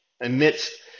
amidst